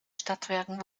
stadtwerken